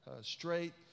straight